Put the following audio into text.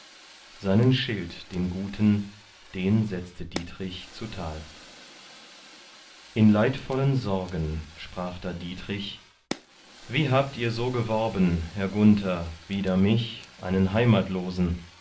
seinen schild den guten den setzte dietrich zutal in leidvollen sorgen sprach da dietrich wie habt ihr so geworben herr gunther wider mich einen heimatlosen